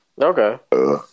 Okay